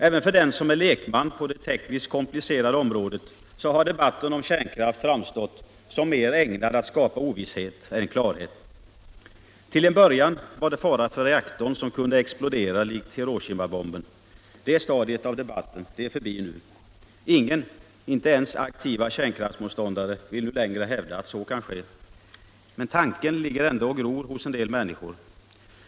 Även för den som är lekman på det tekniskt komplicerade området, har debatten om kärnkraft framstått som mer ägnad att skapa ovisshet än klarhet. Till en början var det fara för reaktorn, som kunde explodera likt Hiroshimabomben. Det stadiet av debatten är förbi nu. Ingen. inte ens aktiva kärnkraftsmotståndare, vill längre hävda att så kan ske. Men tanken ligger ändå och gror hos en del människor.